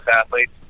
athletes